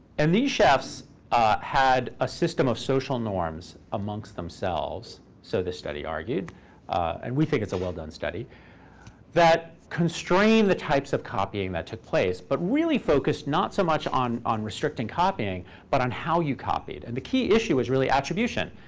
and these chefs had a system of social norms amongst themselves, so the study argued and we think it's a well-done study that constrain the types of copying that took place, but really focused not so much on on restricting copying but on how you copied. and the key issue is really attribution.